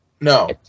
No